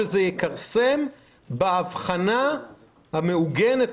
שזה יכרסם באבחנה המעוגנת,